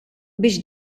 biex